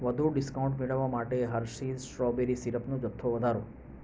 વધુ ડિસ્કાઉન્ટ મેળવવા માટે હર્શિઝ સ્ટ્રોબેરી સીરપનો જથ્થો વધારો